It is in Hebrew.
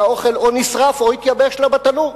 והאוכל או נשרף או התייבש לה בתנור.